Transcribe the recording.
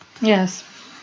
Yes